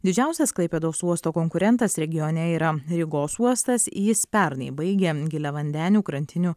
didžiausias klaipėdos uosto konkurentas regione yra rygos uostas jis pernai baigė giliavandenių krantinių